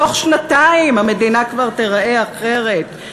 בתוך שנתיים המדינה כבר תיראה אחרת".